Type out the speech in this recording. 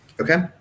Okay